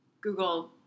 Google